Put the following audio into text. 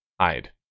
hide